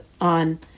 on